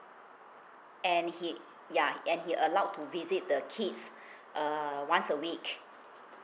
and he yeah and he allowed to visit the kids err once a week